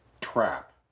trap